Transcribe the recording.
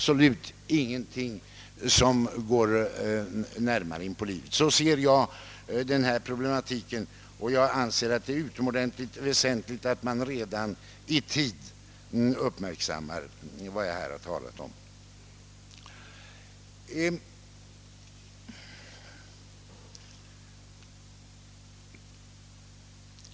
Så ser jag denna problematik, och jag anser det mycket väsentligt att man i tid uppmärksammar den.